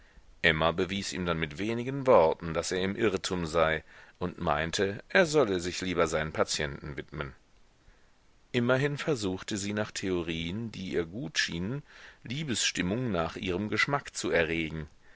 emma bewies ihm dann mit wenigen worten daß er im irrtum sei und meinte er solle sich lieber seinen patienten widmen immerhin versuchte sie nach theorien die ihr gut schienen liebesstimmung nach ihrem geschmack zu erregen